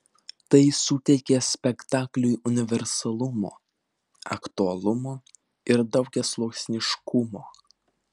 tai suteikia spektakliui universalumo aktualumo ir daugiasluoksniškumo